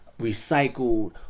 recycled